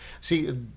See